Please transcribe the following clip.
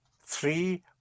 three